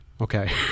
Okay